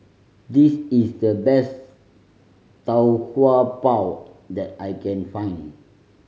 this is the best Tau Kwa Pau that I can find